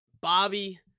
Bobby